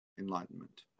enlightenment